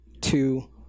two